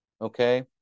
okay